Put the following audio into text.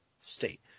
state